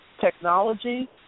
technology